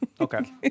Okay